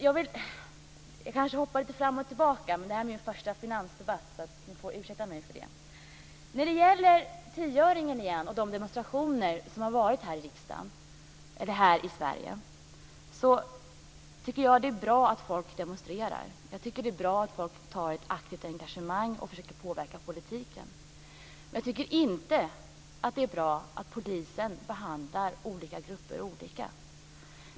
Jag kanske hoppar lite fram och tillbaka, men det här är min första finansdebatt så ni får ursäkta mig för det. När det gäller tioöringen och de demonstrationer som har varit här i Sverige tycker jag att det är bra att folk demonstrerar. Jag tycker att det är bra att folk har ett aktivt engagemang och försöker påverka politiken. Men jag tycker inte att det är bra att polisen behandlar olika grupper olika.